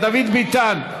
איל בן ראובן,